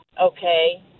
Okay